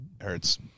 hurts